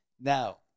Now